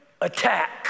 attack